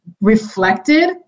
reflected